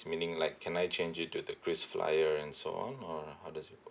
meaning like can I change it to the kris flyer and so on or how does it work